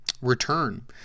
return